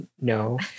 No